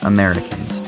Americans